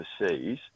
overseas